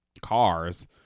cars